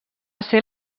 ser